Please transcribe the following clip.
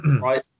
right